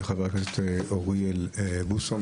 חבר הכנסת אוריאל בוסו,